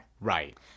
Right